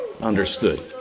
understood